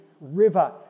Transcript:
river